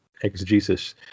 exegesis